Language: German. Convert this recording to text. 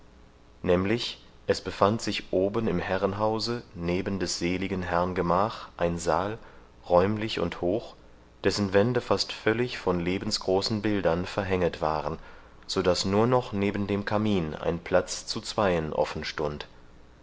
nämlich es befand sich oben im herrenhause neben des seligen herrn gemach ein saal räumlich und hoch dessen wände fast völlig von lebensgroßen bildern verhänget waren so daß nur noch neben dem kamin ein platz zu zweien offen stund